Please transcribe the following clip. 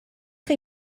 chi